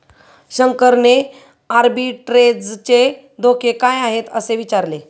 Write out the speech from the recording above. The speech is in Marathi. शंकरने आर्बिट्रेजचे धोके काय आहेत, असे विचारले